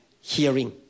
hearing